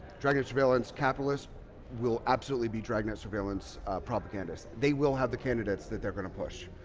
dragnet surveillance capitalists will absolutely be dragnet surveillance propagandists. they will have the candidates that they're going to push.